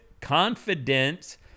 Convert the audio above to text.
confidence